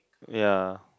ya